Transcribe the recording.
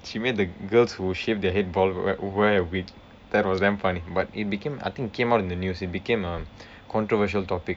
she made the girls who shaved their head bald wear wear a wig that was damn funny but it became I think it came out in the news it became a controversial topic